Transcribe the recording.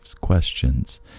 questions